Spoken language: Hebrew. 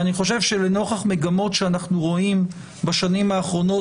אני חושב שלנוכח מגמות שאנחנו רואים בשנים האחרונות